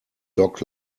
dog